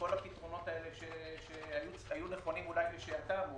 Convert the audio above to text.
וכל הפתרונות שהיו נכונים אולי לשעתם,